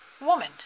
Woman